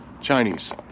Chinese